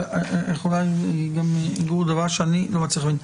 אבל יש דבר שאני לא מצליח להבין.